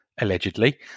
allegedly